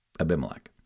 Abimelech